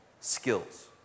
skills